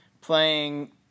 playing